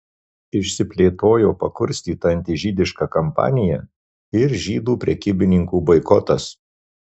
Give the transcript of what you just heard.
išsiplėtojo pakurstyta antižydiška kampanija ir žydų prekybininkų boikotas